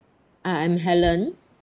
I am helen